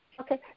Okay